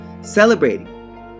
celebrating